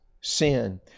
sin